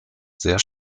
sehr